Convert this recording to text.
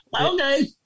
okay